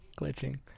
Glitching